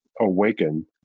awaken